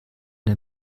der